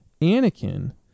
Anakin